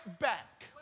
back